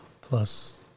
Plus